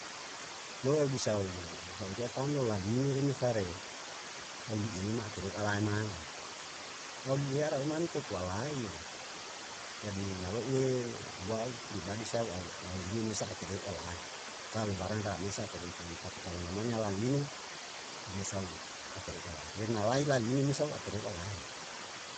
No'o eu bisau sai ria tamlo laline rene mesa re au li i ma atereu alae mane, au lie arau mane kopu alae yo jadi nalo ue wau pribadi sau a aliene me sa'a tereu ala hae, kalu barang rame sa terem tam tapi kalu namanya laline im me sau a tereu alae re na lai laline me sau atareu ala hae.